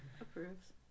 approves